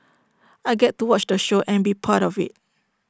I get to watch the show and be part of IT